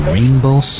Rainbow